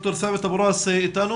ד"ר ת'אבת אבו ראס איתנו?